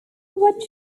what